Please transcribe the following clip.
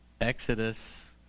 Exodus